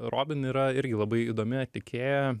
robin yra irgi labai įdomi atlikėja